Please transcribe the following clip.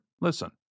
listen